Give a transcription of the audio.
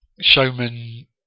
showman